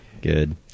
Good